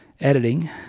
editing